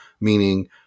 meaning